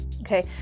okay